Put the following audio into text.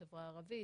החברה הערבית,